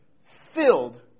filled